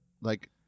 like-